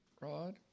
Rod